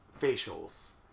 facials